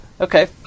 Okay